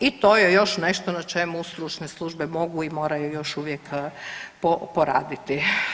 I to je još nešto na čemu stručne službe mogu i moraju još uvijek poraditi.